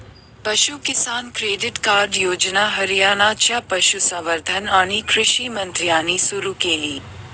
पशु किसान credit card योजना हरियाणाच्या पशुसंवर्धन आणि कृषी मंत्र्यांनी सुरू केली